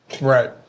Right